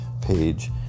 page